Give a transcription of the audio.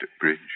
Bridge